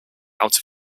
out